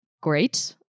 great